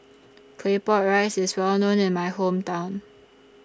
Claypot Rice IS Well known in My Hometown